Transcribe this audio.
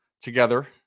together